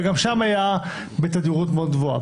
וגם שם זה היה בתדירות מאוד גבוהה.